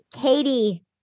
Katie